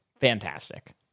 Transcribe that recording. fantastic